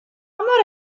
mor